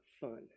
fun